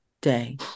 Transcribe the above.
day